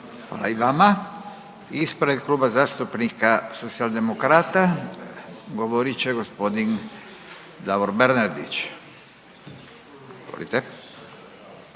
Hvala i vama. Ispred Kluba zastupnika Socijaldemokrata govorit će g. Davor Bernardić. Izvolite.